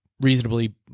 reasonably